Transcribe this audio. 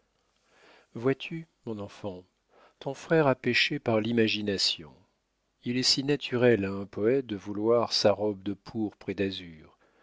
vois-tu mon enfant ton frère a péché par l'imagination il est si naturel à un poète de vouloir sa robe de pourpre et d'azur